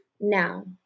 now